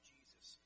Jesus